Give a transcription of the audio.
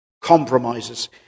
compromises